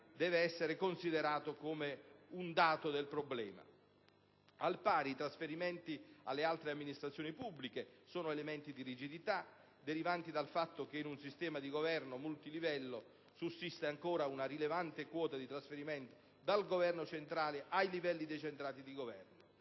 deve essere considerato come un dato del problema. Al pari, i trasferimenti alle altre amministrazioni pubbliche sono elementi di rigidità, derivanti dal fatto che in un sistema di governo multilivello sussiste ancora una rilevante quota di trasferimenti dal governo centrale ai livelli decentrati; eliminando